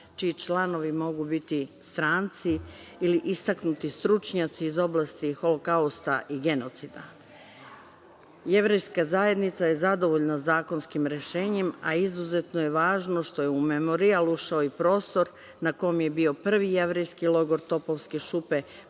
čiji članovi mogu biti stranci ili istaknuti stručnjaci iz oblasti Holokausta i genocida. Jevrejska zajednica je zadovoljna zakonskim rešenjem, a izuzetno je važno što je u memorijal ušao i prostor na kome je bio prvi jevrejski logor „Topovske šupe“, prostor